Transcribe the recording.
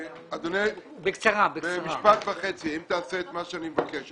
אדוני, משפט וחצי אם תעשה את מה שאני מבקש.